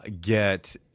get